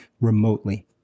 remotely